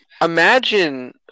Imagine